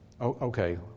okay